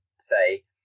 say